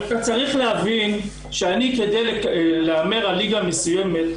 אבל אתה צריך להבין שאני כדי להמר על ליגה מסוימת,